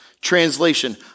Translation